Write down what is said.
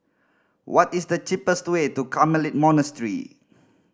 what is the cheapest way to Carmelite Monastery